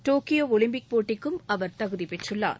Tokyo Olympic போட்டிக்கும் அவர் தகுதி பெற்றுள்ளார்